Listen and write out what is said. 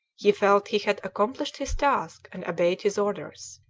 he felt he had accomplished his task and obeyed his orders.